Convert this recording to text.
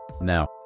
Now